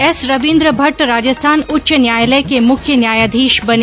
S Ravindra Bhatt Rajasthan उच्च न्यायालय के मुख्य न्यायाधीश बने